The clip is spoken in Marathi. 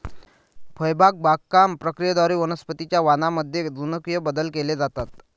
फळबाग बागकाम प्रक्रियेद्वारे वनस्पतीं च्या वाणांमध्ये जनुकीय बदल केले जातात